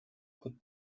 put